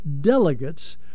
delegates